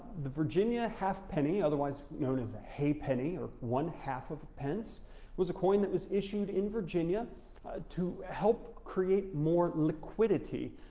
the virginia half penny otherwise known as a ha'penny or one half of pence was a coin that was issued in virginia to help create more liquidity.